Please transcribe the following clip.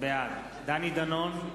בעד דני דנון,